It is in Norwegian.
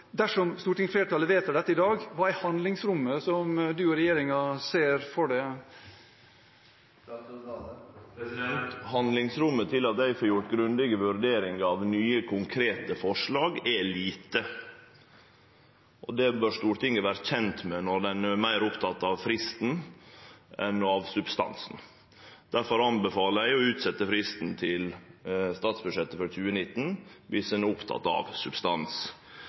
Dersom stortingsflertallet vedtar dette i dag, hva er handlingsrommet som statsråden og regjeringen ser for seg? Handlingsrommet for at eg får gjort grundige vurderingar av nye konkrete forslag, er lite. Det bør Stortinget vere kjent med når ein er meir oppteken av fristen enn av substansen. Difor anbefaler eg å utsetje fristen til statsbudsjettet for 2019 viss ein er oppteken av substans.